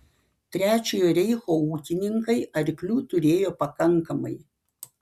trečiojo reicho ūkininkai arklių turėjo pakankamai